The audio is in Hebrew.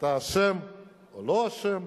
אתה אשם או לא אשם,